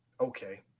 Okay